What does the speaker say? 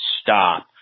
stop